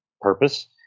purpose